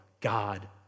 God